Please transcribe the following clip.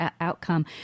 outcome